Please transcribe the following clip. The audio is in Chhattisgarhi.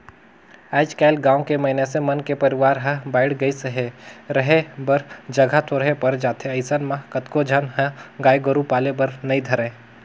आयज कायल गाँव के मइनसे मन के परवार हर बायढ़ गईस हे, रहें बर जघा थोरहें पर जाथे अइसन म कतको झन ह गाय गोरु पाले बर नइ धरय